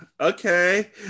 Okay